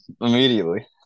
immediately